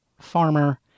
farmer